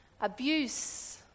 abuse